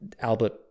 Albert